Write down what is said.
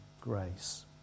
Grace